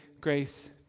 grace